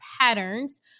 patterns